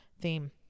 theme